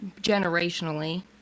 generationally